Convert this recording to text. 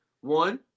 One